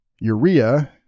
Urea